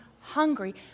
hungry